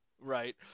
Right